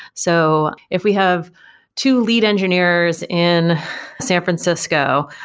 so if we have two lead engineers in san francisco,